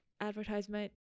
advertisement